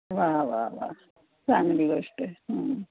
वा वा वा चांगली गोष्ट आहे